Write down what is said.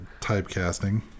typecasting